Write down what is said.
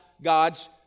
God's